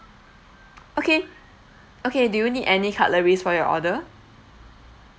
okay okay do you need any cutleries for your order